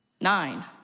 Nine